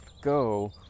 Go